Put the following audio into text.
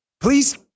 Please